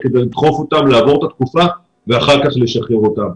כדי לדחוף אותן לעבור את התקופה ואחר כך לשחרר אותן.